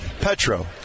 Petro